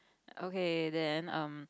okay then um